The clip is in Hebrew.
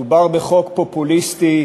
מדובר בחוק פופוליסטי,